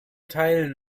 teilen